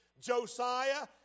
Josiah